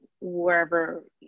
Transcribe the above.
wherever